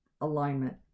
alignment